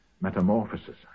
metamorphosis